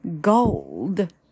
gold